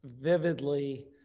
vividly